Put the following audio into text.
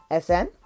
SN